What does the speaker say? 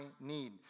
need